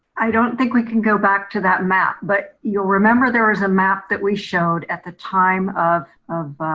i don't think we can go back to that map. but you'll remember there was a map that we showed at the time of